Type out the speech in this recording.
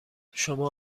شما